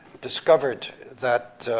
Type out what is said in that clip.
discovered that,